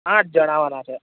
આઠ જણ આવવાના છે